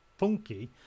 funky